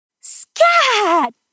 Scat